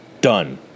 done